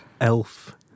Elf